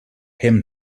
him